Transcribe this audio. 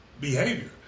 behavior